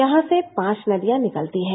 यहां से पांच नदियां निकलती हैं